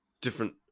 different